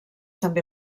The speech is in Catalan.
també